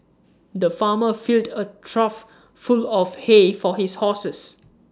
the farmer filled A trough full of hay for his horses